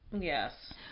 Yes